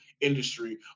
industry